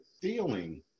feeling